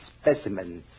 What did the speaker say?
specimens